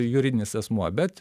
juridinis asmuo bet